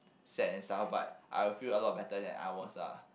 sad and stuff but I will feel a lot better than I was lah